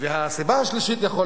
הסיבה השלישית יכולה להיות